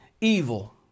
evil